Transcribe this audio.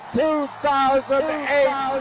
2008